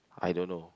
I don't know